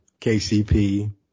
KCP